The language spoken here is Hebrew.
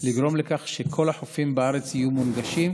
לגרום לכך שכל החופים בארץ יהיו מונגשים,